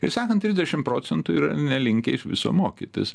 taip sakant trisdešim procentų yra nelinkę iš viso mokytis